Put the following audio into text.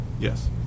Yes